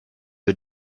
wir